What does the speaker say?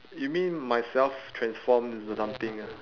you mean myself transform into something ah